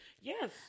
Yes